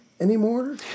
anymore